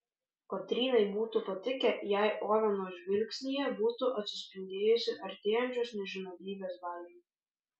kotrynai būtų patikę jei oveno žvilgsnyje būtų atsispindėjusi artėjančios nežinomybės baimė